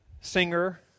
singer